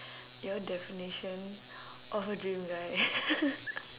your definition of a dream guy